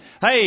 Hey